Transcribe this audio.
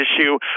issue